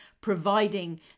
providing